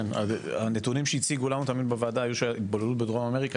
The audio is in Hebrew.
הנתונים שהציגו לנו בוועדה היו שההתבוללות בדרום אמריקה